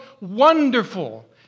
Wonderful